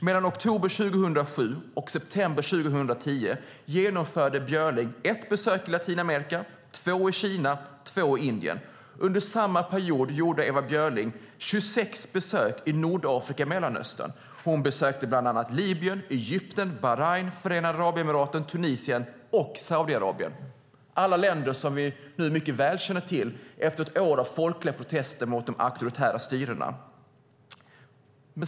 Mellan oktober 2007 och september 2010 genomförde Ewa Björling ett besök i Latinamerika, två i Kina och två i Indien. Under samma period gjorde Ewa Björling 26 besök i Nordafrika och Mellanöstern. Hon besökte bland annat Libyen, Egypten, Bahrain, Förenade Arabemiraten, Tunisien och Saudiarabien - alla länder som vi nu mycket väl känner till efter ett år av folkliga protester mot de auktoritära styrena.